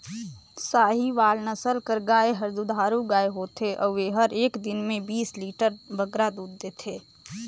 साहीवाल नसल कर गाय हर दुधारू गाय होथे अउ एहर एक दिन में बीस लीटर ले बगरा दूद देथे